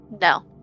No